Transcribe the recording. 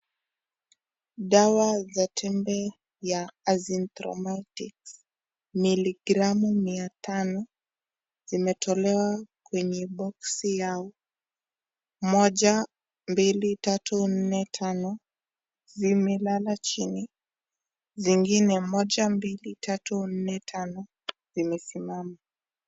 Dawa za tembe ya Azithromycin miligramu mia tano imetolewa kwenye boksi yao moja, mbili, tatu, nne, tano zimelala chini zingine moja, mbili, tatu nne tano zimesimama.